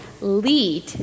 lead